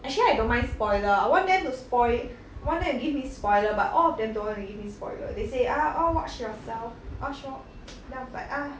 actually I don't mind spoiler I want them to spoil want them to give me spoiler but all of them don't want to give me spoiler they say ah all watch yourself then I was like ah